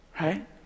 Right